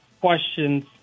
questions